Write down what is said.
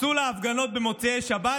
צאו להפגנות במוצאי שבת,